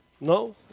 No